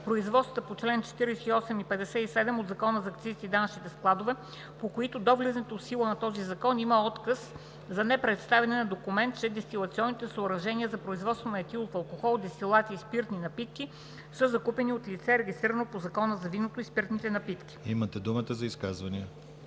производствата по чл. 48 и чл. 57 от Закона за акцизите и данъчните складове, по които до влизането в сила на този закон има откъс за непредставяне на документ, че дестилационните съоръжения за производство на етилов алкохол, дестилация и спиртни напитки, са закупени от лице регистрирано по Закона за виното и спиртните напитки.“ ПРЕДСЕДАТЕЛ